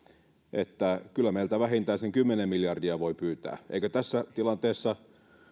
että kyllä meiltä vähintään sen kymmenen miljardia voi pyytää eikö tässä tilanteessa